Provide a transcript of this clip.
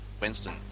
Winston